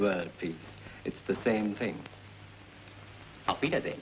see it's the same thing because it